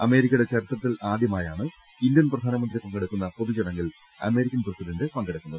അമേരിക്കയുടെ ചരിത്രത്തിലാ ധ്യമാണ് ഇന്ത്യൻ പ്രധാനമന്ത്രി പങ്കെടുക്കുന്നത പൊതു ചടങ്ങിൽ അമേരിക്കൻ പ്രസിഡന്റ് പങ്കെടുക്കുന്നത്